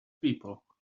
people